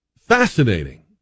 fascinating